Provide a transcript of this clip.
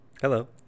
Hello